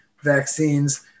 vaccines